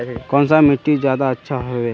कौन सा मिट्टी ज्यादा अच्छा होबे है?